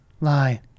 lie